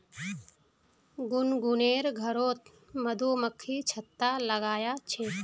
गुनगुनेर घरोत मधुमक्खी छत्ता लगाया छे